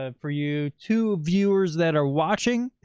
ah for you to viewers that are watching.